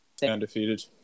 undefeated